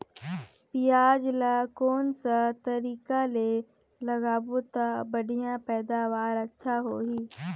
पियाज ला कोन सा तरीका ले लगाबो ता बढ़िया पैदावार अच्छा होही?